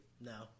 No